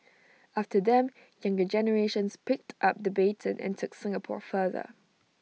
after them younger generations picked up the baton and took Singapore further